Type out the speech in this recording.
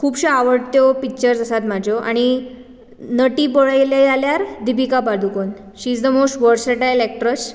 खुबश्यो आवडट्यो पिक्चर आसात म्हाज्यो आनी नटी पळयलें जाल्यार Deepika Padukone she is the most versatile actress